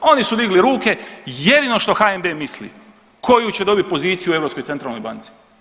Oni su digli ruke, jedino što HNB misli koju će dobiti poziciju u Europskoj centralnoj banci.